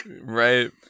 Right